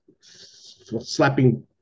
slapping